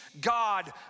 God